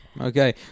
Okay